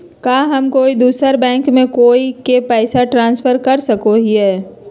का हम कोई दूसर बैंक से कोई के पैसे ट्रांसफर कर सको हियै?